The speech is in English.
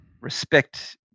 respect